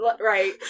right